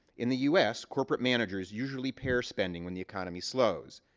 in the us, corporate managers usually pare spending when the economy slows.